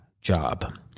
job